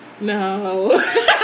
No